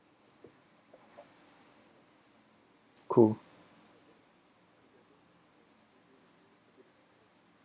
cool